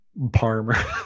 Parmer